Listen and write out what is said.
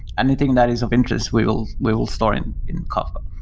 anything that is of interest, we will we will store in in kafka.